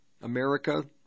America